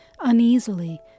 uneasily